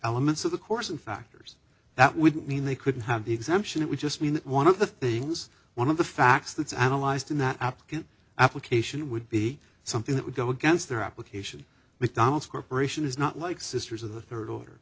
elements of the course and factors that would mean they couldn't have the exemption it would just mean that one of the things one of the facts that's analyzed in that applicant application would be something that would go against their application mcdonald's corporation is not like sisters of the third or